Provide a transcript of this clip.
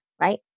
right